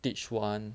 teach one